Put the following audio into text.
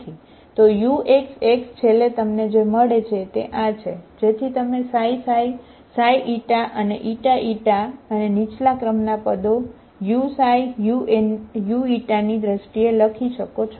તો uxx છેલ્લે તમને જે મળે છે તે આ છે જેથી તમે ξξ ξη અને ηη અને નીચલા ક્રમના પદો u u ની દ્રષ્ટિએ લખી શકો છો